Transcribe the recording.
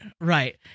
right